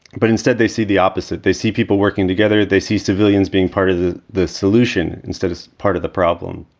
but instead, they see the opposite. they see people working together. they see civilians being part of the the solution instead of part of the problem.